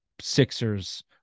Sixers